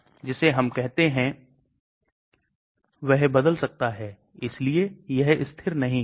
तो यह एक coagulation factor X अवरोधक है और आप इसमें एक lipophilic समूह जोड़ रहे हैं